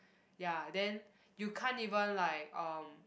ya then you can't even like um